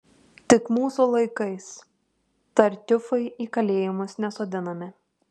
tik mūsų laikais tartiufai į kalėjimus nesodinami